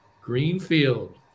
Greenfield